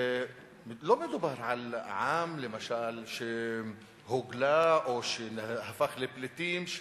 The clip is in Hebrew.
לא מדובר על עם למשל שהוגלה או שהפך לפליטים,